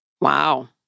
Wow